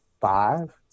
five